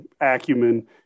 acumen